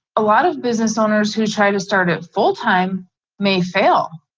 a lot of business owners who try to start at full time may fail.